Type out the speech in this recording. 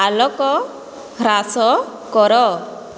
ଆଲୋକ ହ୍ରାସ କର